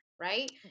Right